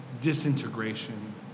disintegration